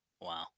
Wow